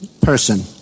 person